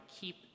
keep